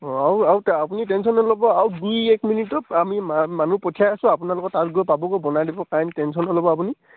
অঁ আৰু আৰু আপুনি টেনচন নল'ব আৰু দুই এক মিনিটত আমি মানুহ পঠিয়াই আছোঁ আপোনালোকৰ তাত গৈ পাবগৈ বনাই দিব কাৰেণ্ট টেনচন নল'ব আপুনি